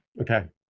Okay